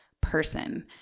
person